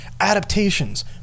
adaptations